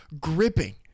gripping